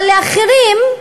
אבל לאחרים,